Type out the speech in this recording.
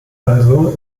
also